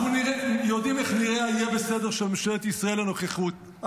אנחנו יודעים איך נראה ה"יהיה בסדר" של ממשלת ישראל הנוכחית.